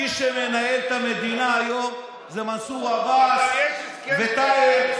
מי שמנהל את המדינה היום זה מנסור עבאס וטאהא,